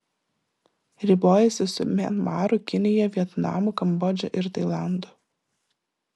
ribojasi su mianmaru kinija vietnamu kambodža ir tailandu